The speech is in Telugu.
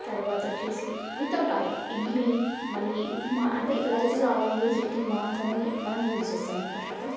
తర్వాత వచ్చేసి వితౌట్ ఆయిల్ ఇడ్లీ మళ్లీ ఉప్మా అంటే లైట్గా ఆయిల్ యూజ్ చేసి మాత్రమే మనం యూజ్ చేస్తాం ఎక్కువ శాతం